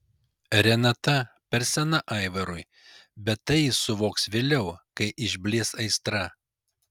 renata per sena aivarui bet tai jis suvoks vėliau kai išblės aistra